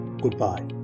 Goodbye